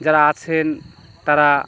যারা আছেন তারা